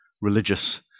religious